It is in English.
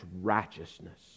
righteousness